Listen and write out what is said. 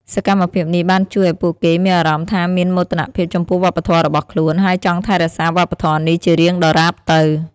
សកម្មភាពនេះបានជួយឱ្យពួកគេមានអារម្មណ៍ថាមានមោទនភាពចំពោះវប្បធម៌របស់ខ្លួន ហើយចង់ថែរក្សាវប្បធម៌នេះជារៀងដរាបទៅ។